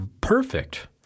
perfect